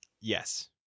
Yes